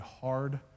hard